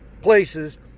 places